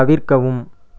தவிர்க்கவும்